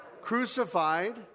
Crucified